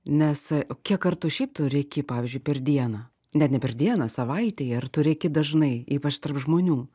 nes kiek kartų šiaip turi rėki pavyzdžiui per dieną net ne per dieną savaitėj ar tu rėki dažnai ypač tarp žmonių